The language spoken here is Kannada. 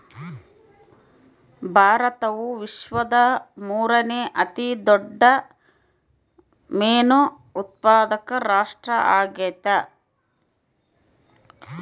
ಭಾರತವು ವಿಶ್ವದ ಮೂರನೇ ಅತಿ ದೊಡ್ಡ ಮೇನು ಉತ್ಪಾದಕ ರಾಷ್ಟ್ರ ಆಗ್ಯದ